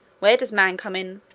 where does man come in?